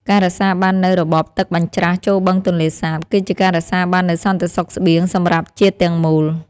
ការរក្សាបាននូវរបបទឹកបញ្ច្រាសចូលបឹងទន្លេសាបគឺជាការរក្សាបាននូវសន្តិសុខស្បៀងសម្រាប់ជាតិទាំងមូល។